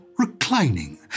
Reclining